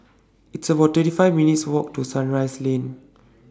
It's about thirty five minutes' Walk to Sunrise Lane